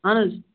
اَہَن حظ